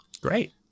Great